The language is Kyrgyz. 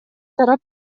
тарап